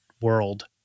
world